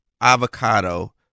avocado